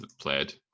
played